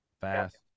fast